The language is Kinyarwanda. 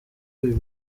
uyu